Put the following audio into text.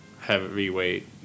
heavyweight